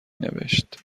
نوشت